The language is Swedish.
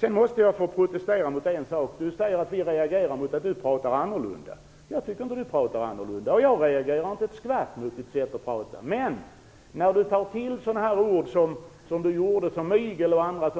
Sedan måste jag protestera mot en sak. Elisa Abascal Reyes säger att vi reagerar mot att hon pratar annorlunda. Jag tycker inte att Elisa Abascal Reyes pratar annorlunda. Jag reagerar inte ett skvatt mot hennes sätt att prata. Men när hon tar till sådana ord som mygel och annat,